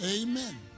Amen